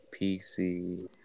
PC